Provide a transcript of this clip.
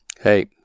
hey